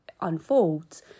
unfolds